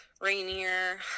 Rainier